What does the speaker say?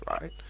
right